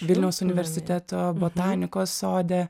vilniaus universiteto botanikos sode